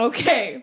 Okay